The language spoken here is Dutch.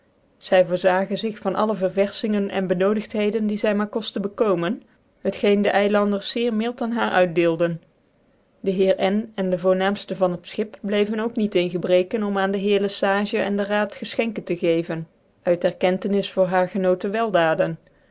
zy voorzagen zig van alle ververfingen cn benodiutheden die zy maar kosten bekomen t geen de eilanders zeer mild aan haar uitdeelde de heer n en dc voornaamfte van het schip bleven ook niet in gebreken om aan de heer le sage en den raad gcfchcnkcn tc geven uit erkentrnis voor haar genoten weldaden